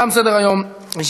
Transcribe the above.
תומכים, אני מבקש להוסיף אותי.